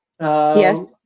Yes